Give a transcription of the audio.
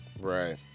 right